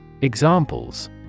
Examples